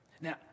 Now